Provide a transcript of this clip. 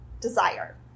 Desire